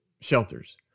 shelters